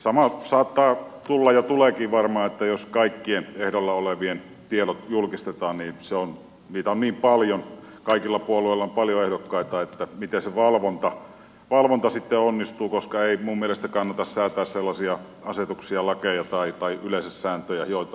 samoin saattaa tulla se ja tuleekin varmaan että jos kaikkien ehdolla olevien tiedot julkistetaan niin kun niitä on niin paljon kaikilla puolueilla on paljon ehdokkaita niin miten se valvonta sitten onnistuu koska ei minun mielestäni kannata säätää sellaisia asetuksia lakeja tai yleensä sääntöjä joita ei pystytä valvomaan